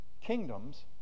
Kingdoms